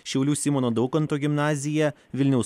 šiaulių simono daukanto gimnazija vilniaus